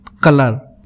color